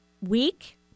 week